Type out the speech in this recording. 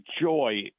joy